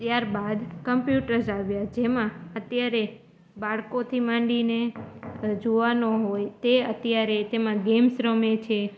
ત્યારબાદ કમ્પ્યુટર્સ આવ્યાં જેમાં અત્યારે બાળકોથી માંડીને જુવાનો હોય તે અત્યારે તેમાં ગેમ્સ રમે છે